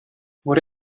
what